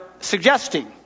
suggesting